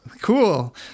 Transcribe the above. cool